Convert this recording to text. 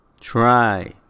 Try